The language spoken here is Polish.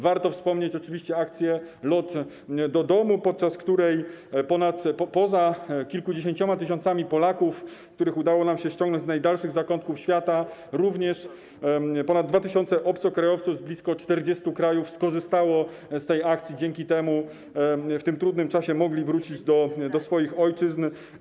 Warto wspomnieć oczywiście akcję „Lot do domu”, podczas której poza kilkudziesięcioma tysiącami Polaków, których udało nam się ściągnąć z najdalszych zakątków świata, również ponad 2 tys. obcokrajowców z blisko 40 krajów skorzystało z tej akcji, dzięki czemu w tym trudnym czasie mogli wrócić do swoich ojczyzn.